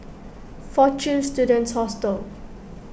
fortune Students Hostel